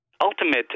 ultimate